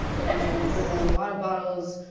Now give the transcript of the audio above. the fans are gonna bring their own water bottles,